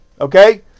Okay